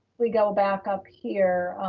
we go back up here.